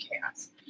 chaos